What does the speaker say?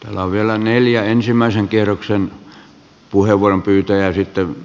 täällä on vielä neljä ensimmäisen kierroksen puheenvuoron pyytäjää sitten